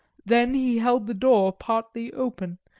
then he held the door partly open,